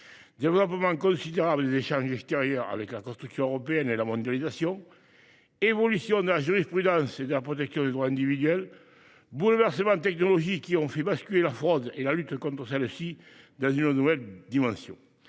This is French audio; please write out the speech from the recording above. développement considérable des échanges extérieurs avec la construction européenne et la mondialisation ; évolution de la jurisprudence et de la protection des droits individuels ; bouleversements technologiques qui ont fait basculer la fraude et la lutte contre celle ci dans une nouvelle dimension.